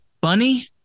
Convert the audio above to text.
Bunny